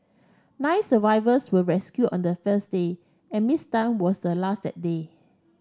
nine survivors were rescued on the first day and Miss Tan was the last that day